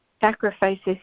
sacrifices